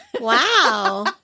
Wow